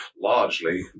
largely